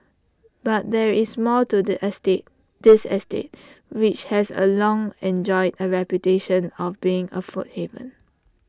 but there is more to the estate this estate which has A long enjoyed A reputation of being A food haven